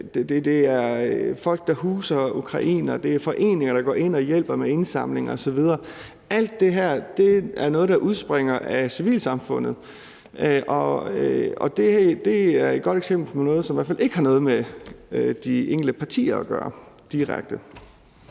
Det er folk, der huser ukrainere. Det er foreninger, der går ind og hjælper med indsamling osv. Alt det her er noget, der udspringer af civilsamfundet, og det er et godt eksempel på noget, som i hvert fald ikke direkte har noget med de enkelte partier at gøre.